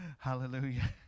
Hallelujah